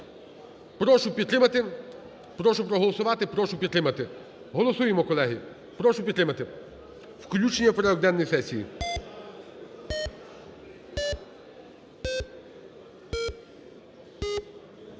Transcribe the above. Прошу підтримати, прошу проголосувати, прошу підтримати. Голосуємо, колеги, прошу підтримати, включення в порядок денний сесії.